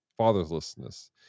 fatherlessness